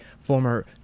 former